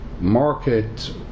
market